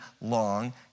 long